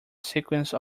sequence